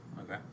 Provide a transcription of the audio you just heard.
okay